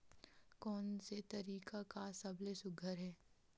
कोन से तरीका का सबले सुघ्घर हे?